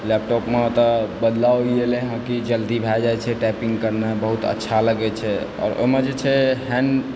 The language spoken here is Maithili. लैपटॉपमे तऽ बदलाव ई एलए हँ कि जल्दी भए जाइ छै टाइपिंग करनाइ बहुत अच्छा लगैय छै आओर ओहिमे जे छै हैण्ड